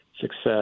success